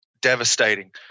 Devastating